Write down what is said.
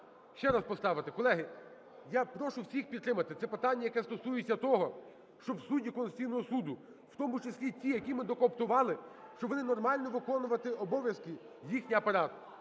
ще раз поставити. Колеги, я прошу всіх підтримати, це питання, яке стосується того, щоб судді Конституційного Суду, в тому числі і ті, які ми доукомплектували, щоб вони нормально виконували обов'язки, їхній апарат.